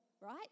right